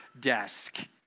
desk